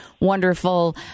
wonderful